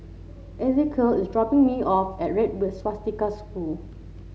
Ezequiel is dropping me off at Red Swastika School